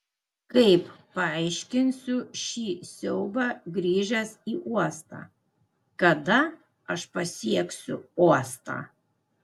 kaip paaiškinsiu šį siaubą grįžęs į uostą kada aš pasieksiu uostą